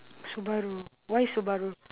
Subaru why Subaru